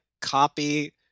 copy